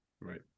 right